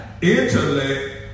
Intellect